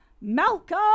Malcolm